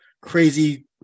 crazy